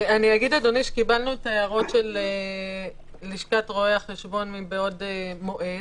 קיבלנו את ההערות של לשכת רואי החשבון מבעוד מועד.